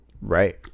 right